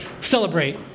celebrate